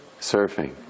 Surfing